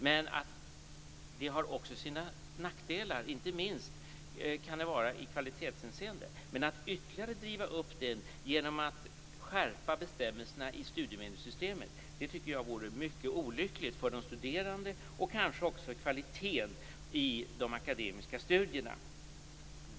Men det har också sina nackdelar inte minst i kvalitetshänseende. Att ytterligare driva upp studietakten genom att skärpa bestämmelserna i studiemedelssystemet tycker jag vore mycket olyckligt för de studerande och kanske också när det gäller kvaliteten i de akademiska studierna.